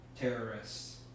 terrorists